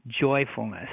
joyfulness